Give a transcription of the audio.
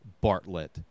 Bartlett